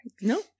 No